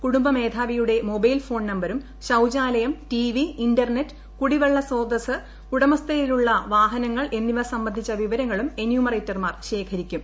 കുടുംബമേധാവിയുടെ mobile phone നമ്പറും ശൌച്യാലയം TV internet കുടിവെള്ള സ്രോതസ്സ് ഉടമസ്ഥതയിലുള്ള വാഹനങ്ങൾ എന്നിവ സംബന്ധിച്ച വിവരങ്ങളും എന്യൂമറേറ്റർമാർ ശേഖരിക്കും